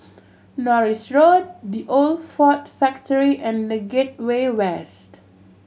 Norris Road The Old Ford Factory and The Gateway West